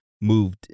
moved